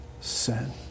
sin